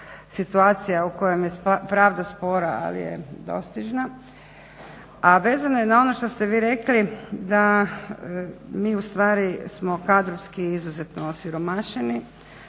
situacija u kojoj je pravda spora ali dostižna. A vezano je na ono što ste vi rekli da mi ustvari smo kadrovski izuzetno osiromašeni,